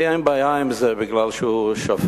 לי אין בעיה עם זה, כי הוא שופט,